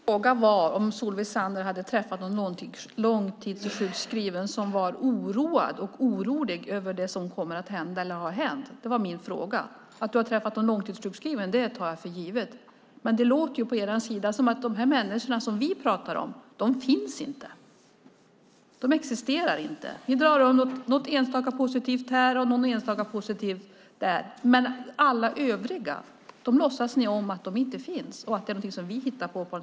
Herr talman! Frågan var om Solveig Zander hade träffat någon långtidssjukskriven som var orolig över det som kommer att hända eller har hänt. Det var min fråga. Att du har träffat en långtidssjukskriven tar jag för givet. Det låter på er som om de människor som vi pratar om inte finns. De existerar inte. Ni tar någon enstaka positiv här och någon där. Alla övriga låtsas ni som om de inte finns och att de är något som vi hittar på.